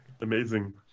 Amazing